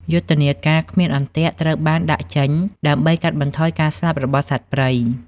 យុទ្ធនាការ "គ្មានអន្ទាក់" ត្រូវបានដាក់ចេញដើម្បីកាត់បន្ថយការស្លាប់របស់សត្វព្រៃ។